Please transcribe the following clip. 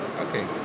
Okay